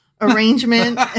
arrangement